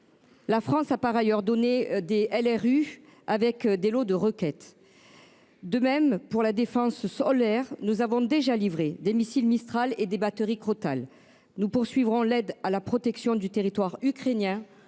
La France a par ailleurs donné des LRU, avec des lots de roquettes. De même, pour la défense sol-air, nous avons déjà livré des missiles Mistral et des batteries Crotale. Nous poursuivrons l'aide à la protection du territoire ukrainien